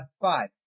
five